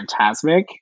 Fantasmic